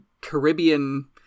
Caribbean